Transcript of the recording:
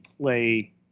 play